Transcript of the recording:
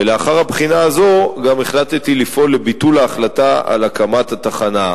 ולאחר הבחינה הזאת גם החלטתי לפעול לביטול ההחלטה על הקמת התחנה.